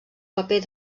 paper